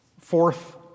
Fourth